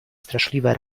straszliwe